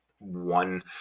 one